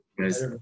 guys